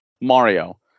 Mario